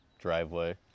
driveway